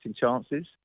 chances